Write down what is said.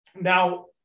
Now